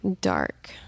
dark